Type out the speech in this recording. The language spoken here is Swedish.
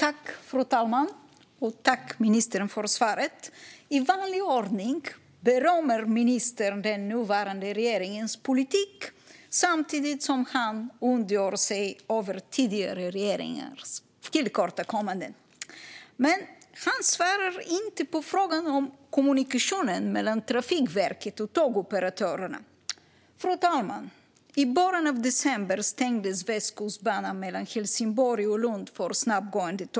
Fru talman! Jag tackar ministern för svaret. I vanlig ordning berömmer ministern den nuvarande regeringens politik, samtidigt som han ondgör sig över tidigare regeringars tillkortakommanden. Men han svarar inte på frågan om kommunikationen mellan Trafikverket och tågoperatörerna. Fru talman! I början av december stängdes Västkustbanan mellan Helsingborg och Lund för snabbgående tåg.